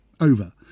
over